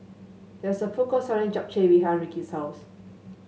there is a food court selling Japchae behind Rickie's house